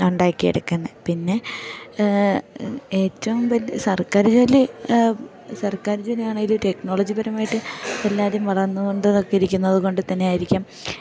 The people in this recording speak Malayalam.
ഉണ്ടാക്കി എടുക്കുന്നത് പിന്നെ ഏറ്റവും വല് സർക്കാർ ജോലി സർക്കാർ ജോലിയാണെങ്കിൽ ടെക്നോളജി പരമായിട്ട് എല്ലാവരും വളർന്നു കൊണ്ട് ഇരിക്കുന്നത് കൊണ്ടു തന്നെയായിരിക്കും